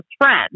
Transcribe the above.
friends